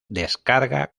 descarga